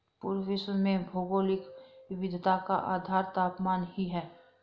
पूरे विश्व में भौगोलिक विविधता का आधार तापमान ही है